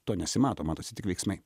to nesimato matosi tik veiksmai